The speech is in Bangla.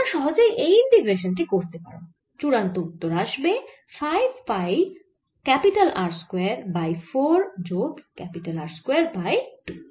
তোমরা সহজেই এই ইন্টিগ্রেশান টি করতে পারো চূড়ান্ত উত্তর আসবে 5 পাই R স্কয়ার বাই 4 যোগ R স্কয়ার বাই 2